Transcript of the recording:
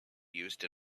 used